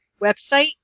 website